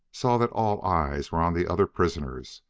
saw that all eyes were on the other prisoners.